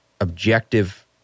objective